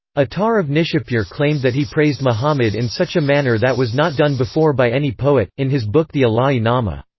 attar of nishapur claimed that he praised muhammad in such a manner that was not done before by any poet, in his book the ilahi-nama.